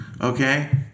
Okay